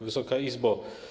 Wysoka Izbo!